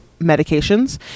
medications